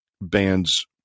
bands